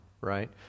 right